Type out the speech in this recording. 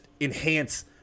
enhance